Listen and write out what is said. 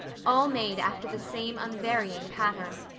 all made after the same unvarying pattern.